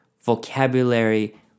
vocabulary